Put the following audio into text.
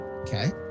Okay